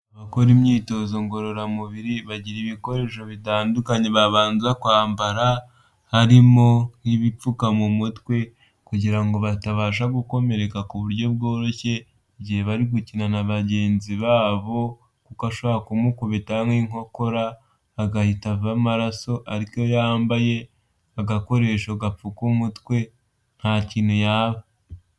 Abakora imyitozo ngororamubiri bagira ibikoresho bitandukanye babanza kwambara, harimo nk'ibipfuka mu mutwe, kugira ngo batabasha gukomereka ku buryo bworoshye, igihe bari gukina na bagenzi babo, kuko ashobora kumukubita nk'inkokora agahita ava amaraso, ariko iyo yambaye agakoresho gapfuka umutwe nta kintu yaba.